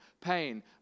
pain